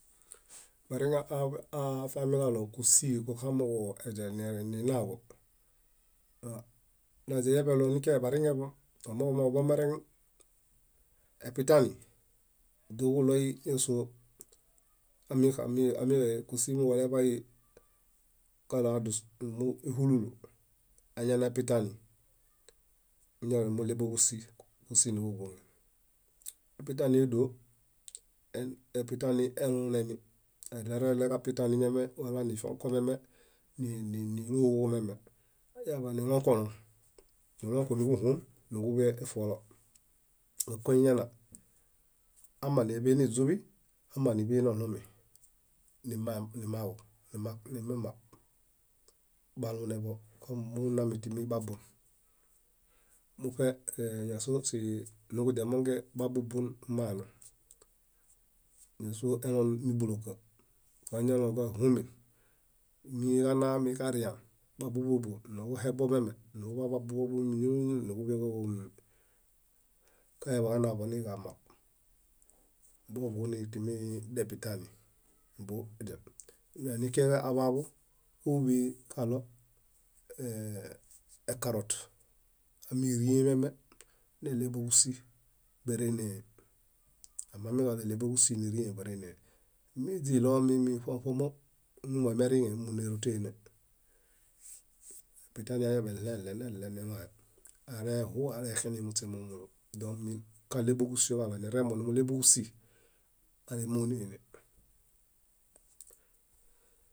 . Bariŋe afiamiġalo kúsi ġokamiúdial ninaḃo naźiyekalo nikiae bariŋeḃo omooġo moleḃomereŋ, epitani dóġuɭoi ġáso kúsi miġuileḃai kalo adus nimuna húlulu, añanaepitani, muñaranimuɭew bóġusi. Gúsiniġuguoŋ. Epitani dó epitanielunemi, iɭereɭe kapitani miame wala nifonkomiame, níloġomiame. añaḃanilonkolon. Nilonko níġuɦom níġuḃe eṗolo amaniḃe niźuḃi, amaniḃe noɭumi nimaġu nimamab baluneḃo bunami timi babun. muṗe ñáso niġudiamongen babubun maanum ñáso elon nibuloka. añalonaḃan áɦomen, miġanaami karian, babubo bóbo niġuhebo mieme kañaḃaniġanaḃo niġamab bogũni depitani nanikiaġe aḃaaḃu óḃekalo ekarot ámiriemiame, neɭew bóġusi baree. Amamikalo eɭeboġusi nírĩe barenee. míźiɭoomi ṗomo ṗomo momuriŋe barenie. Epitani añaḃaniɭẽeɭen eɭenilõe kalonireŋ minimuɭew bóġusi aalemoné